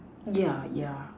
yeah yeah